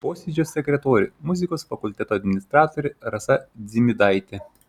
posėdžio sekretorė muzikos fakulteto administratorė rasa dzimidaitė